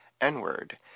N-Word